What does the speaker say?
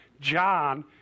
John